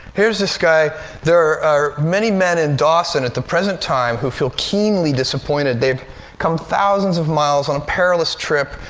here's this guy there are many men in dawson at the present time who feel keenly disappointed. they've come thousands of miles on a perilous trip,